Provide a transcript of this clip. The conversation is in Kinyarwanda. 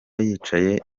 yicaye